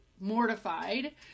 mortified